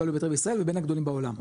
הגדול ביותר בישראל ובין הגדולים בעולם.